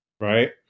right